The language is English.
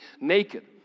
naked